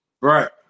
Right